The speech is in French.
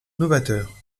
novateur